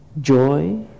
joy